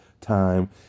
time